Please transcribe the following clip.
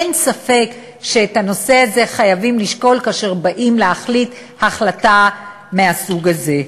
אין ספק שאת הנושא הזה חייבים לשקול כאשר באים להחליט החלטה מהסוג הזה.